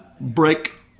break